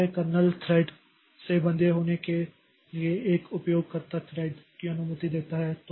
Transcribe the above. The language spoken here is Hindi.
तो यह कर्नेल थ्रेड से बंधे होने के लिए एक उपयोगकर्ता थ्रेड की अनुमति देता है